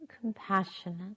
compassionate